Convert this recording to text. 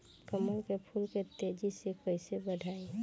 कमल के फूल के तेजी से कइसे बढ़ाई?